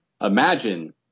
Imagine